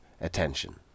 attention